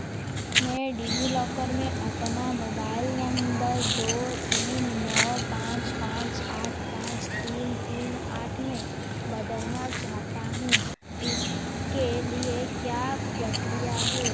मैं डिजिलॉकर में अपना मोबाइल नंबर दो तीन नौ पाँच पाँच आठ पाँच तीन तीन आठ में बदलना चाहता हूँ इस के लिए क्या प्रक्रिया है